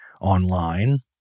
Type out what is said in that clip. online